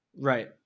right